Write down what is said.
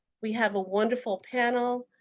we have a wonderful panel.